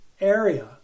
area